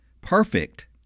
perfect